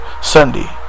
Sunday